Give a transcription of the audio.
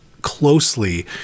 closely